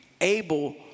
able